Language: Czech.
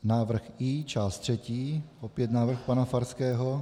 Návrh I část třetí, opět návrh pana Farského.